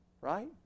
right